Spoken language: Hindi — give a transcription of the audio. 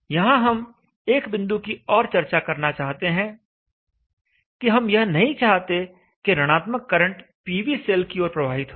यहां हम एक बिंदु की और चर्चा करना चाहते हैं कि हम यह नहीं चाहते कि ऋणात्मक करंट पीवी सेल की ओर प्रवाहित हो